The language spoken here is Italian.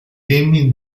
temi